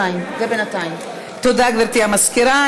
תודה, גברתי המזכירה.